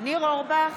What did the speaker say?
ניר אורבך,